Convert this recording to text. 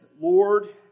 Lord